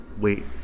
wait